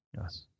Yes